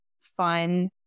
fun